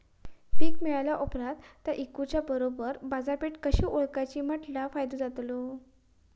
पीक मिळाल्या ऑप्रात ता इकुच्या बरोबर बाजारपेठ कशी ओळखाची म्हटल्या फायदो जातलो?